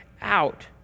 out